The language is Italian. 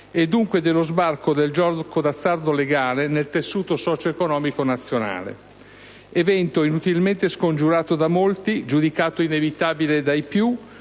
e, dunque, dello sbarco del gioco d'azzardo legale nel tessuto socio-economico nazionale. Si è trattato di un evento inutilmente scongiurato da molti, giudicato inevitabile dai più;